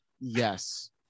Yes